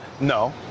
No